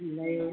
नहीं